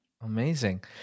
Amazing